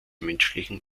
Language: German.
menschlichen